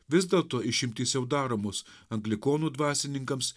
vis dėlto išimtys jau daromos anglikonų dvasininkams